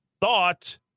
thought